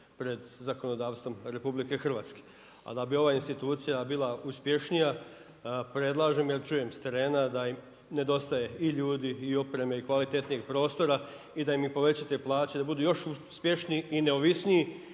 pred zakonodavstvom RH a da bi ova institucija bila uspješnija, predlažem jer čujem s terena da im nedostaje i ljudi i opreme i kvalitetnijeg prostora i da im povećate plaće i da budu još uspješniji i neovisniji